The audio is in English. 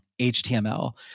HTML